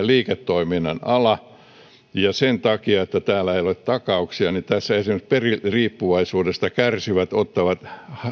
liiketoiminnan ala ja sen takia että täällä ei ole takauksia esimerkiksi peliriippuvaisuudesta kärsivät ottavat